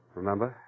remember